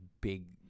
big